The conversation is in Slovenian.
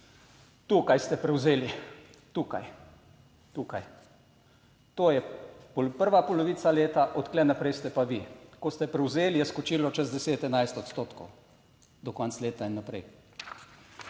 Tukaj ste prevzeli tukaj, tukaj to je prva polovica leta, od tu naprej ste pa vi. Ko ste prevzeli, je skočilo čez 10, 11 odstotkov do konca leta in naprej.